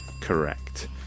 Correct